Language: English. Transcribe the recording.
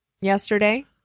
yesterday